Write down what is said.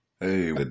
Hey